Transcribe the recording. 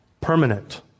Permanent